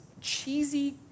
cheesy